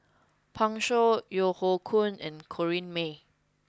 Pan Shou Yeo Hoe Koon and Corrinne May